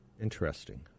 Interesting